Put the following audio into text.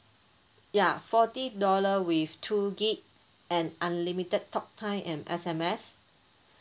ya forty dollar with two gig and unlimited talk time and S_M_S